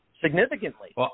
Significantly